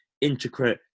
intricate